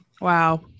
wow